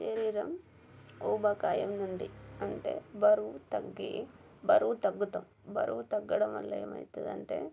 శరీరం ఊబకాయం నుండి అంటే బరువు తగ్గి బరువు తగ్గుతాం బరువు తగ్గడం వల్ల ఏమైతదంటే